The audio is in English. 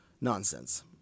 nonsense